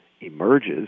emerges